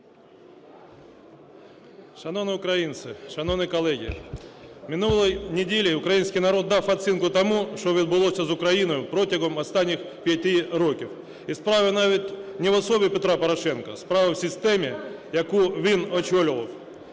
Шановні українці, шановні колеги, минулої неділі український народ дав оцінку тому, що відбулося з Україною протягом останніх 5 років. І справи навіть не в особі Петра Порошенка, справа в системі, яку він очолював.